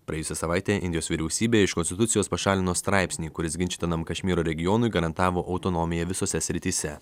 praėjusią savaitę indijos vyriausybė iš konstitucijos pašalino straipsnį kuris ginčytinam kašmyro regionui garantavo autonomiją visose srityse